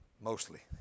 Mostly